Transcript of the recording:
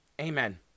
Amen